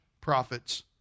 profits